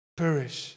perish